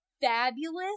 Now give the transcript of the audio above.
fabulous